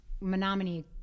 Menominee